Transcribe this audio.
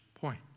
point